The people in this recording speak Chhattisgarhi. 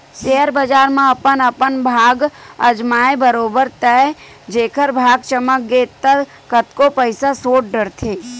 सेयर बजार म अपन अपन भाग अजमाय बरोबर ताय जेखर भाग चमक गे ता कतको पइसा सोट डरथे